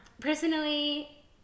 personally